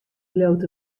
bliuwt